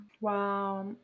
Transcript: Wow